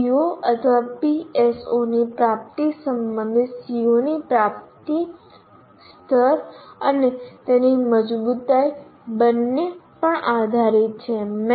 PO અથવા PSO ની પ્રાપ્તિ સંબંધિત CO ની પ્રાપ્તિ સ્તર અને તેની મજબૂતાઈ બંને પર આધારિત છે